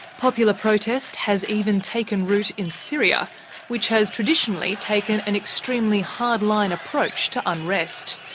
popular protest has even taken root in syria which has traditionally taken an extremely hardline approach to unrest.